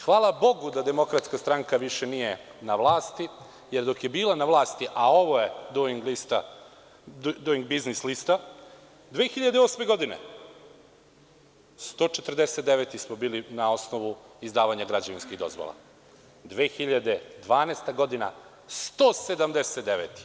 Hvala Bogu da DS više nije na vlasti, jer dok je bila na vlasti, a ovo je Duing biznis lista, 2008. godine 149. smo bili na osnovu izdavanja građevinskih dozvola, a 2012. godine 179.